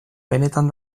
benetan